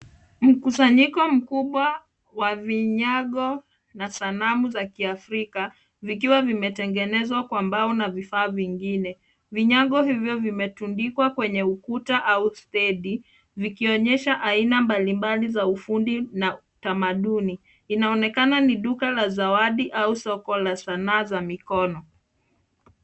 Mkusanyiko mkubwa wa vinyago na sanamu za kiafrika vikiwa vimetengenezwa kwa mbao na vifaa vingine. Vinyago hivyo vimetundikwa kwenye ukuta au stedi vikionyesha aina mbalimbali za ufundi na tamaduni. Inaonekana ni duka la zawadi au soko la sanaa za mikono.